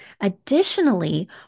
additionally